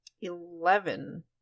Eleven